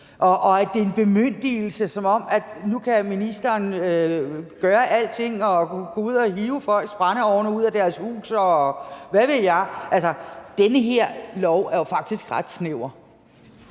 og at det er en bemyndigelse, som om ministeren nu kan gøre alting og tage ud og hive folks brændeovne ud af deres hus, og hvad ved jeg. Altså, den her lov er faktisk ret snæver.